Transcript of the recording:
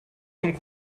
zum